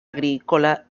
agrícola